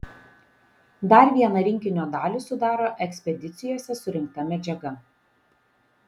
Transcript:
dar vieną rinkinio dalį sudaro ekspedicijose surinkta medžiaga